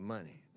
money